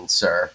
sir